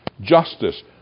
justice